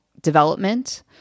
development